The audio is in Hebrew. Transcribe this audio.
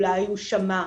אולי הוא שמע,